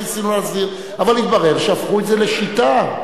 אבל התברר שהפכו את זה לשיטה,